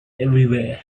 everywhere